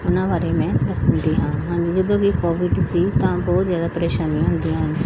ਉਹਨਾਂ ਬਾਰੇ ਮੈਂ ਦੱਸ ਦਿੰਦੀ ਹਾਂ ਹਾਂਜੀ ਜਦੋਂ ਵੀ ਕੋਵਿਡ ਸੀ ਤਾਂ ਬਹੁਤ ਜ਼ਿਆਦਾ ਪਰੇਸ਼ਾਨੀਆਂ ਹੁੰਦੀਆਂ ਸਨ